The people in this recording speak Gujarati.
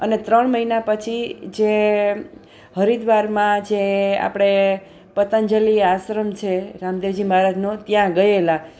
અને ત્રણ મહિના પછી જે હરિદ્વારમાં જે આપણે પતંજલિ આશ્રમ છે રામદેવજી મહારાજનો ત્યાં ગયેલાં